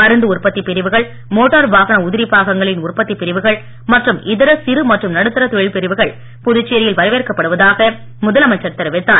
மருந்து உற்பத்தி பிரிவுகள் மோட்டார் வாகன உதிரி பாகங்களின் உற்பத்தி பிரிவுகள் மற்றும் இதர சிறு மற்றும் நடுத்தர தொழில் பிரிவுகள் புதுச்சேரியில் வரவேற்கப்படுவதாக முதலமைச்சர் தெரிவித்தார்